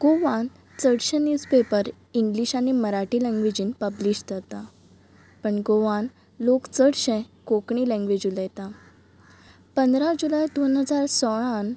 गोवान चडशे news paper English आनी मराठी लँग्वेजीन पब्लीश जातात पन गोवान लोक चडशे कोंकणी लँग्वेज उलयतात पंदरा जुलय दोन हजार सोळान